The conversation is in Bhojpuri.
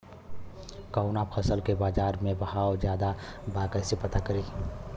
कवना फसल के बाजार में भाव ज्यादा बा कैसे पता करि?